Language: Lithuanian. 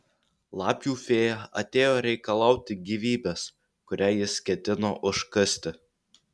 lapių fėja atėjo reikalauti gyvybės kurią jis ketino užkasti